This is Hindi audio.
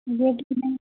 बेड की नहीं